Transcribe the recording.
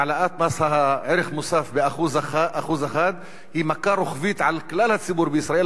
העלאת מס ערך מוסף ב-1% היא מכה רוחבית על כלל הציבור בישראל,